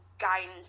guidance